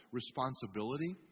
responsibility